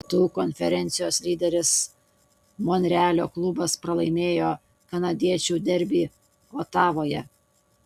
rytų konferencijos lyderis monrealio klubas pralaimėjo kanadiečių derbį otavoje